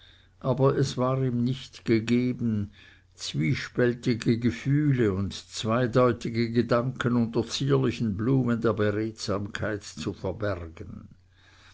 aber es war ihm nicht gegeben zwiespältige gefühle und zweideutige gedanken unter zierlichen blumen der beredsamkeit zu verbergen